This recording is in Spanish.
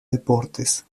deportes